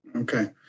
Okay